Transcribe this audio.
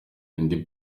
indi